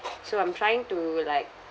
so I'm trying to like